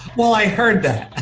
well, i heard that